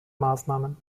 maßnahmen